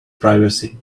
privacy